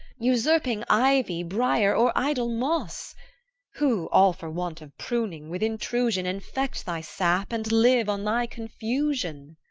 usurping ivy, brier, or idle moss who all, for want of pruning, with intrusion infect thy sap, and live on thy confusion.